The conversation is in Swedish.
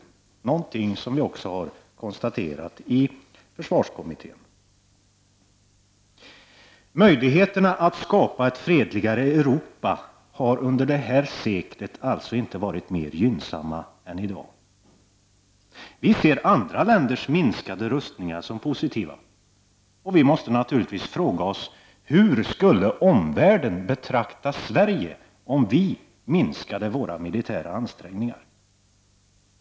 Det är någonting som vi också har konstaterat i försvarskommittén. Möjligheterna att skapa ett fredligare Europa har under detta sekel inte varit mer gynnsamma än i dag. Vi ser andra länders minskade rustningar som positiva, och vi måste naturligtvis fråga oss hur omvärlden skulle betrakta Sverige om vi minskade våra militära ansträngningar.